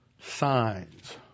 signs